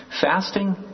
fasting